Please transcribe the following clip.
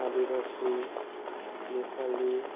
Adivasi Nepali